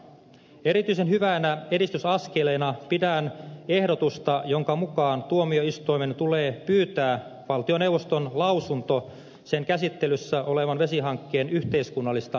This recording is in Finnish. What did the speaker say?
erityisen hyvänä edistysaskeleena pidän ehdotusta jonka mukaan tuomioistuimen tulee pyytää valtioneuvoston lausunto sen käsittelyssä olevan vesihankkeen yhteiskunnallisesta merkittävyydestä